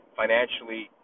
financially